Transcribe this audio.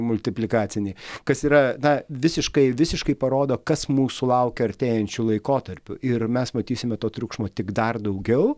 multiplikacinį kas yra na visiškai visiškai parodo kas mūsų laukia artėjančiu laikotarpiu ir mes matysime to triukšmo tik dar daugiau